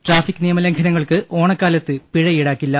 traffic നിയമലം ഘനങ്ങൾക്ക് ഓണക്കാലത്ത് പിഴ ഈടാക്കില്ല